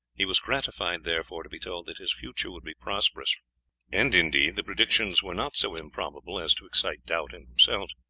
he was gratified, therefore, to be told that his future would be prosperous and, indeed, the predictions were not so improbable as to excite doubt in themselves.